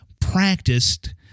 practiced